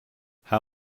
how